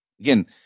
Again